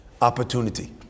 opportunity